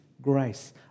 grace